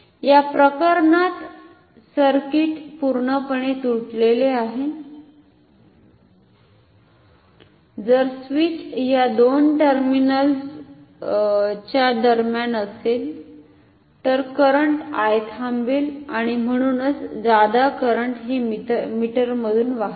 या प्रकरणात सर्किट पूर्णपणे तुटलेले आहे जर स्विच ह्या दोन टर्मिनल्सच्या दरम्यान असेल तर करंट I थांबेल आणि म्हणूनच जादा करंट हे मीटरमधून वाहत नाही